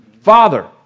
Father